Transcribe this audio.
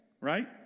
right